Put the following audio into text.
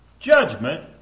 judgment